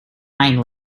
mind